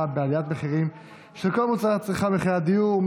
בעליית מחירים של כל מוצרי הצריכה ומחירי הדיור.